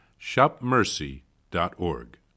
shopmercy.org